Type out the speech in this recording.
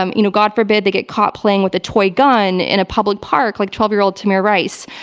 um you know god forbid they get caught playing with a toy gun in a public park, like twelve year old tamir rice.